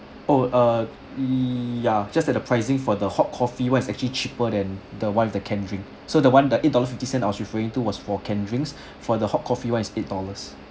oh err ya just that the pricing for the hot coffee [one] is actually cheaper than the one with the canned drink so the one the eight dollar fifty cents I was referring to was for canned drinks for the hot coffee [one] is eight dollars